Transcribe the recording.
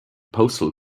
postal